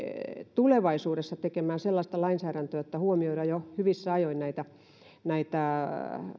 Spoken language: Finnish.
tulevaisuudessa tekemään sellaista lainsäädäntöä että huomioidaan jo hyvissä ajoin näitä näitä